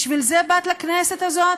בשביל זה באת לכנסת הזאת?